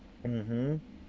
mmhmm